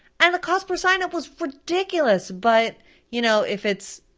and the cost per sign-up was ridiculous. but you know if it's,